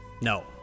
no